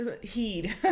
heed